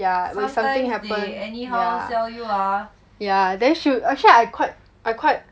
yeah when something happen yeah yeah then actually I quite I quite